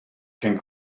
can